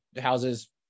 houses